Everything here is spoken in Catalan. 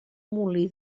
molí